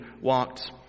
walked